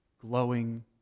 glowing